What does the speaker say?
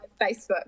Facebook